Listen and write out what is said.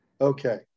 okay